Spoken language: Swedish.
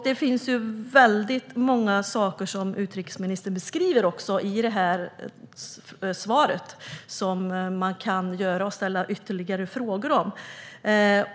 Det finns många saker som utrikesministern beskriver i sitt svar som man kan ställa ytterligare frågor om.